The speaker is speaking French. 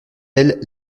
elle